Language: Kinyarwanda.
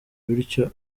bityo